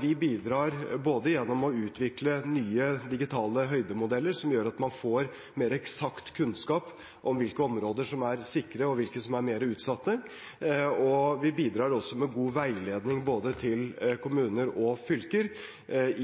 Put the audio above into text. Vi bidrar gjennom å utvikle nye digitale høydemodeller, som gjør at man får mer eksakt kunnskap om hvilke områder som er sikre og hvilke som er mer utsatt, og vi bidrar også med god veiledning til både kommuner og fylker